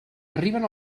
arriben